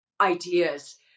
ideas